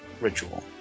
ritual